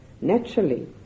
Naturally